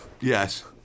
Yes